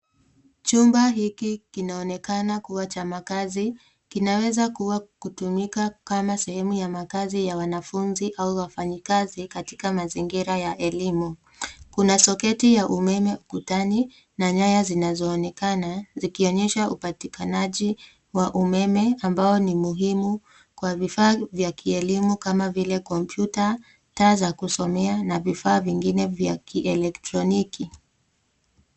Chumba hiki kinaonekana kuwa cha makazi kinaweza kuwa kutumika kama sehemu ya makazi ya wanafunzi au wafanyakazi katika mazingira ya elimu. Kuna soketi ya umeme ukutani na nyaya zinazoonekana zikionyesha upatikanaji wa umeme ambao ni muhimu kwa vifaa vya kielimu kama vile kompyuta, taa za kusomea na vifaa vingine vya kielektroniki.